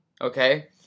okay